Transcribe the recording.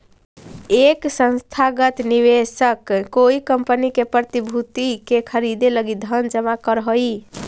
एक संस्थागत निवेशक कोई कंपनी के प्रतिभूति के खरीदे लगी धन जमा करऽ हई